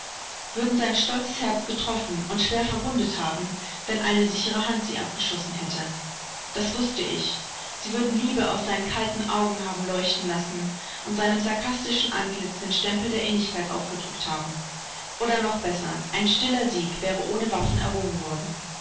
würden sein stolzes herz getroffen und schwer verwundet haben wenn eine sichere hand sie abgeschossen hätte das wußte ich sie würden liebe aus seinen kalten augen haben leuchten lassen und seinem sarkastischen antlitz den stempel der innigkeit aufgedrückt haben oder noch besser ein stiller sieg wäre ohne waffen errungen worden